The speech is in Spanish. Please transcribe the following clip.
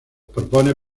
propone